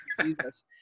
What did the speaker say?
Jesus